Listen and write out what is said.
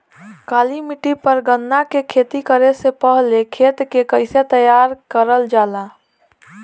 काली मिट्टी पर गन्ना के खेती करे से पहले खेत के कइसे तैयार करल जाला?